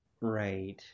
right